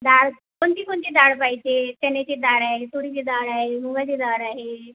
डाळ कोणती कोणती डाळ पाहिजे चण्याची डाळ आहे तुरीची डाळ आहे मुगाची डाळ आहे